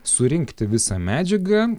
surinkti visą medžiagą